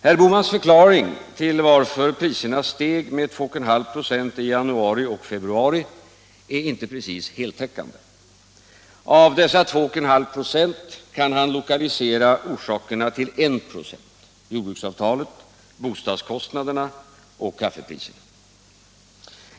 Herr Bohmans förklaring till att priserna steg med 2,5 96 under januari och februari är inte precis heltäckande. Av dessa 2,5 96 kan herr Bohman lokalisera orsakerna till jordbruksavtalet, bostadskostnaderna och kaffepriset.